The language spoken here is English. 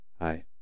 Hi